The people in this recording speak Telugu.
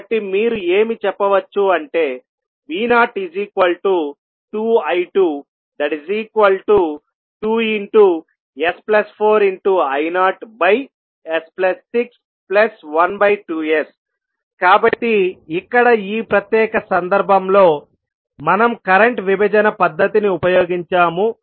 కాబట్టి మీరు ఏమి చెప్పవచ్చు అంటే V02I22s4I0s612s కాబట్టి ఇక్కడ ఈ ప్రత్యేక సందర్భంలో మనం కరెంట్ విభజన పద్ధతిని ఉపయోగించాము